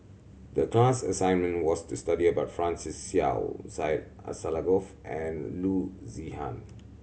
the class assignment was to study about Francis Seow Syed Alsagoff and Loo Zihan